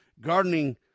gardening